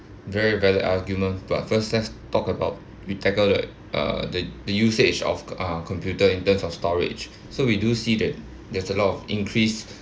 very valid arguments but first let's talk about we tackle the uh the the usage of uh computer in terms of storage so we do see that there's a lot of increased